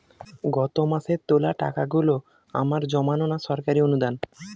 গত মাসের তোলা টাকাগুলো আমার জমানো না সরকারি অনুদান?